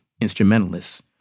instrumentalists